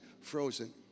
Frozen